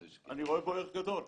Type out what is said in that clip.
אני רואה בו ערך גדול,